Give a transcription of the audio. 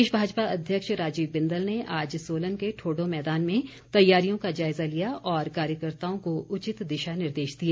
प्रदेश भाजपा अध्यक्ष राजीव बिंदल ने आज सोलन के ठोडो मैदान में तैयारियों का जायजा लिया और कार्यकर्त्ताओं को उचित दिशा निर्देश दिए